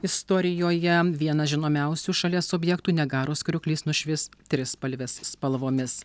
istorijoje vienas žinomiausių šalies objektų niagaros krioklys nušvis trispalvės spalvomis